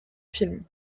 film